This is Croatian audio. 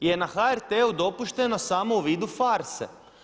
je na HRT-u dopušteno samo u vidu farse.